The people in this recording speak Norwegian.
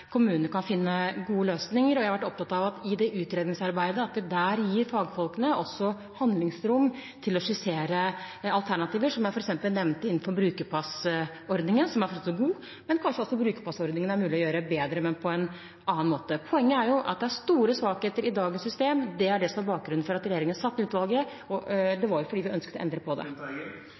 kommunene, kan finne gode løsninger. Jeg har vært opptatt av at vi i det utredningsarbeidet også gir fagfolkene handlingsrom til å skissere alternativer – som jeg nevnte – f.eks. innenfor brukerpassordningen, som er god. Men kanskje er også brukerpassordningen mulig å gjøre bedre, men på en annen måte. Poenget er at det er store svakheter ved dagens system. Det er det som er bakgrunnen for at regjeringen satte ned utvalget – vi ønsket å endre dette. Hvor lagrene skal være, har vi ikke gått inn på. Det